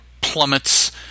plummets